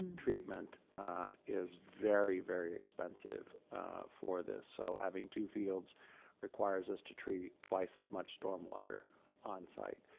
treatment is very, very expensive for this. so having two fields requires us to treat twice as much stormwater on site.